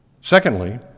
Secondly